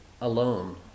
alone